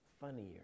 funnier